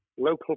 local